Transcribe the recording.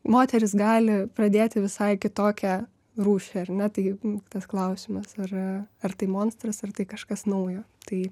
moteris gali pradėti visai kitokią rūšį ar ne tai tas klausimas ar ar tai monstras ar tai kažkas naujo tai